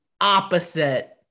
opposite